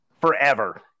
forever